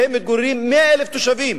שבהם מתגוררים 100,000 תושבים,